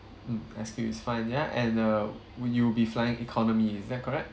mm S_Q is fine ya and uh would you'll be flying economy is that correct